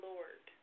Lord